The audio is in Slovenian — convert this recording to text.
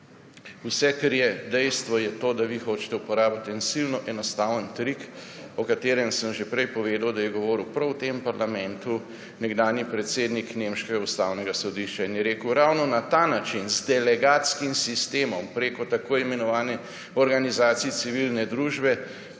Vse, kar je, je dejstvo, da vi hočete uporabiti en silno enostaven trik, o katerem sem že prej povedal, da je govoril prav v tem parlamentu nekdanji predsednik nemškega Ustavnega sodišča in je rekel, da ravno na ta način z delegatskim sistemom prek tako imenovanih organizacij civilne družbe